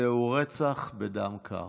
זהו רצח בדם קר.